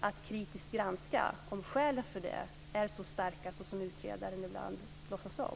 att kritiskt granska om skälen är så starka som utredarna ibland låtsas om.